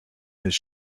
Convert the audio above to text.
his